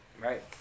Right